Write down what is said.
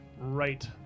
right